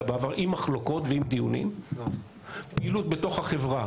בעבר עם מחלוקות ועם דיונים פעילות בתוך החברה